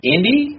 Indy